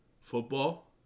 football